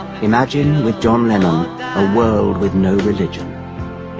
imagine with john lennon a world with no religion